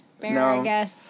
asparagus